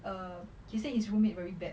err he said his roommate very bad